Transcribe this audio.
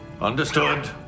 Understood